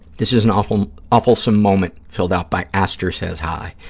this is an awfulsome awfulsome moment filled out by aster says hi.